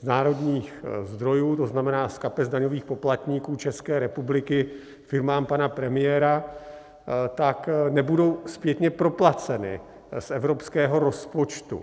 z národních zdrojů, to znamená z kapes daňových poplatníků České republiky, firmám pana premiéra, tak nebudou zpětně proplaceny z evropského rozpočtu.